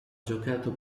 giocato